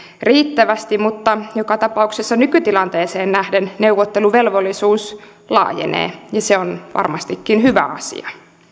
riittävästi mutta joka tapauksessa nykytilanteeseen nähden neuvotteluvelvollisuus laajenee ja se on varmastikin hyvä asia